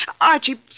Archie